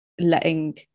letting